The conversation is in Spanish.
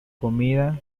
comida